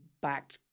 back